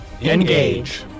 Engage